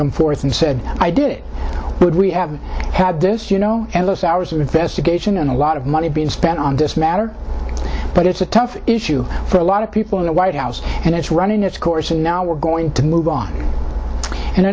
come forth and said i did would we have had this you know endless hours of investigation and a lot of money being spent on this matter but it's a tough issue for a lot of people in the white house and it's run its course and now we're going to move on and